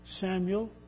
Samuel